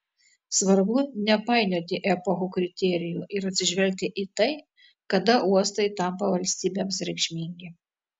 svarbu nepainioti epochų kriterijų ir atsižvelgti į tai kada uostai tampa valstybėms reikšmingi